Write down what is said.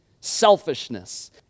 selfishness